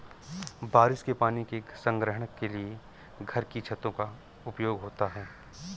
बारिश के पानी के संग्रहण के लिए घर की छतों का उपयोग होता है